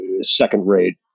second-rate